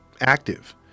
active